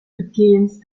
against